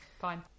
Fine